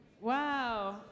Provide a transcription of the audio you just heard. Wow